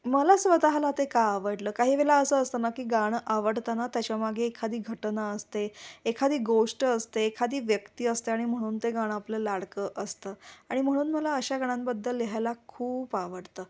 मला स्वतःला ते का आवडलं काही वेळेला असं असतं ना की गाणं आवडताना त्याच्यामागे एखादी घटना असते एखादी गोष्ट असते एखादी व्यक्ती असते आणि म्हणून ते गाणं आपलं लाडकं असतं आणि म्हणून मला अशा गाण्यांबद्दल लिहायला खूप आवडतं